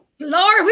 Lord